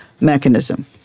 mechanism